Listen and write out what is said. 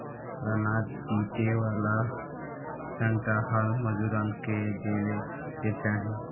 अनाज पीटे वाला सांटा हर मजूरन के देवे के चाही